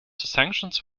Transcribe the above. sanctions